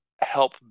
help